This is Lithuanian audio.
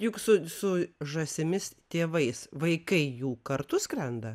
juk su su žąsimis tėvais vaikai jų kartu skrenda